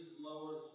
lower